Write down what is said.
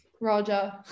Roger